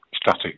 static